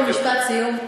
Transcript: משפט סיום.